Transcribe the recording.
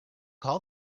call